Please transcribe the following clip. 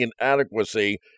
inadequacy